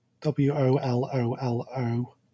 W-O-L-O-L-O